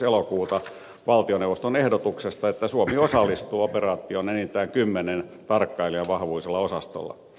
elokuuta valtioneuvoston ehdotuksesta että suomi osallistuu operaatioon enintään kymmenen tarkkailijan vahvuisella osastolla